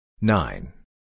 nine